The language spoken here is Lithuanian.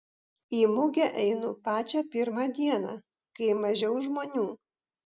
į mugę einu pačią pirmą dieną kai mažiau žmonių